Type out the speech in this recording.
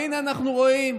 והינה אנחנו רואים: